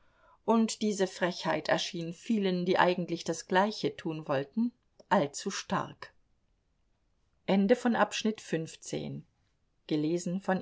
und diese frechheit erschien vielen die eigentlich das gleiche tun wollten allzu stark